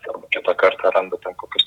arba kitą kartą randa ten kokius